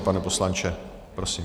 Pane poslanče, prosím.